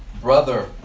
brother